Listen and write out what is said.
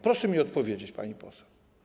Proszę mi odpowiedzieć, pani poseł.